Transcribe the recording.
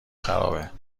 خرابه